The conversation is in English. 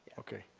okay.